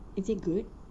is it good